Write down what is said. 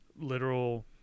literal